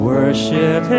Worship